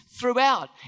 throughout